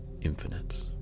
Infinite